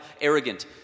arrogant